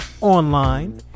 online